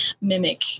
mimic